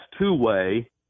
two-way